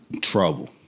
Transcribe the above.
trouble